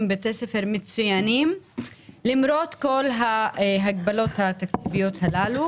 אלה בתי ספר מצוינים למרות כל ההגבלות התקציביות הללו.